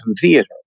Theater